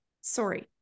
Sorry